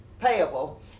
payable